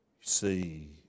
see